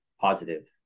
positive